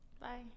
bye